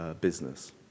business